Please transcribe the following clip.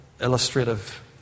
illustrative